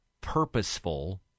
purposeful